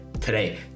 today